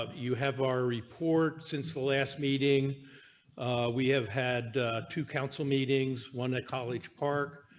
ah you have our report since the last meeting we have had two council meetings one at college park,